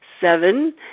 Seven